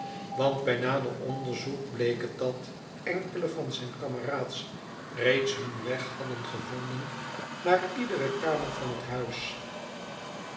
want bij nade'r onderzoek bleek het dat enkele van zijn kameraads reeds hun weg hadden gevonden naar iedere kamer van het huis